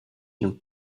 him